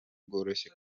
bworoshye